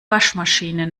waschmaschine